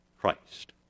Christ